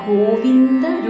Govinda